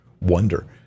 wonder